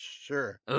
Sure